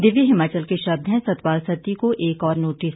दिव्य हिमाचल के शब्द हैं सतपाल सत्ती को एक और नोटिस